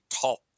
top